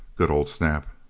good old snap!